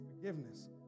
forgiveness